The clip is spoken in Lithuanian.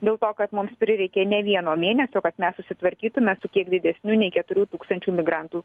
dėl to kad mums prireikė ne vieno mėnesio kad mes susitvarkytume su kiek didesniu nei keturių tūkstančių migrantų